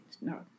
no